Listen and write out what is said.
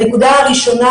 הנקודה הראשונה,